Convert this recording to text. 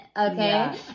Okay